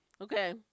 okay